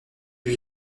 lui